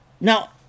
Now